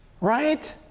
Right